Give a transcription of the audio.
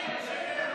של קבוצת סיעת ימינה